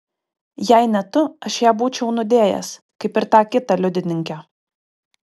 jei ne tu aš ją būčiau nudėjęs kaip ir tą kitą liudininkę